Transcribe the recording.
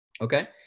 Okay